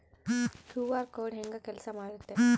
QR code ಹೆಂಗ ಕೆಲಸ ಮಾಡುತ್ತೆ?